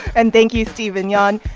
and thank you, stephen yeah ah and